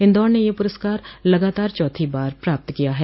इंदौर ने यह पुरस्कार लगातार चौथी बार प्राप्त किया है